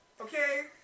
okay